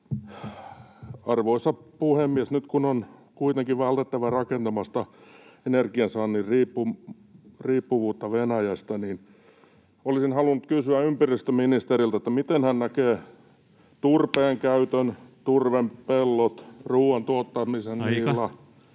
Arvoisa puhemies! Nyt, kun on kuitenkin vältettävä rakentamasta energiansaannin riippuvuutta Venäjästä, niin olisin halunnut kysyä ympäristöministeriltä, miten hän näkee turpeen käytön, turvepellot, ruoan tuottamisen niillä.